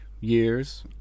years